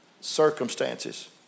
circumstances